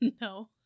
No